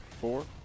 four